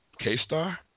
K-Star